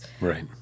Right